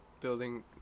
building